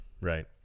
right